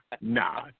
nah